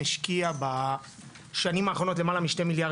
השקיע בשנים האחרונות למעלה מ-2 מיליארד